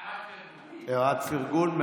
אדוני היושב-ראש, הערת פרגון.